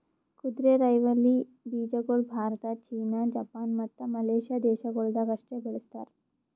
ಕುದುರೆರೈವಲಿ ಬೀಜಗೊಳ್ Bharat, China, Japan, ಮತ್ತ ಮಲೇಷ್ಯಾ ದೇಶಗೊಳ್ದಾಗ್ ಅಷ್ಟೆ ಬೆಳಸ್ತಾರ್